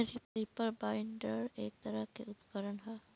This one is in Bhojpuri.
रीपर बाइंडर एक तरह के उपकरण ह